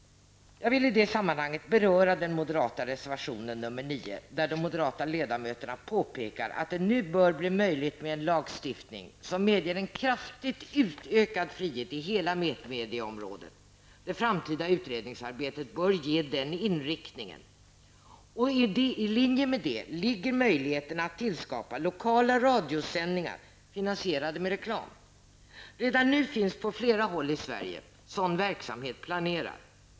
Jag vill i det sammanhanget beröra den moderata reservationen nr 9 där de moderata ledamöterna påpekar att det nu bör bli möjligt med en lagstiftning som medger en kraftigt utökad frihet i hela etermediaområdet. Det framtida utredningsarbetet bör ges den inriktningen. I linje med detta ligger möjligheten att tillskapa lokala radiosändningar finansierade med reklam. Redan nu finns på flera håll i Sverige sådan verksamhet planerad.